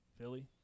Philly